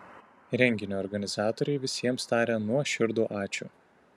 renginio organizatoriai visiems taria nuoširdų ačiū